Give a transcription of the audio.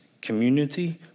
community